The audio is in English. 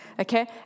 Okay